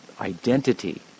identity